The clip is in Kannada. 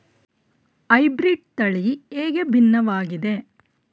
ಹೈಬ್ರೀಡ್ ತಳಿ ಹೇಗೆ ಭಿನ್ನವಾಗಿದೆ?